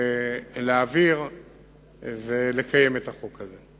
להעביר ולקיים את החוק הזה.